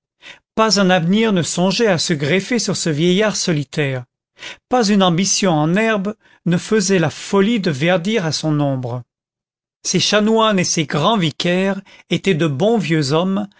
pas un avenir ne songeait à se greffer sur ce vieillard solitaire pas une ambition en herbe ne faisait la folie de verdir à son ombre ses chanoines et ses grands vicaires étaient de bons vieux hommes